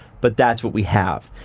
but that's what we have.